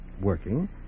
Working